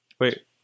Wait